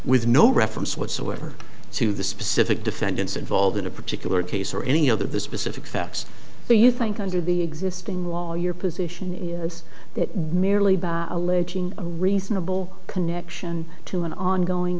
with no reference whatsoever to the specific defendants involved in a particular case or any other the specific facts so you think under the existing law your position is that merely by alleging a reasonable connection to an ongoing